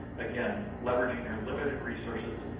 again, leveraging our limited resources,